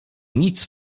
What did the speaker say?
nic